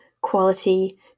quality